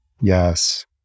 Yes